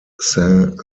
saint